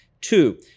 Two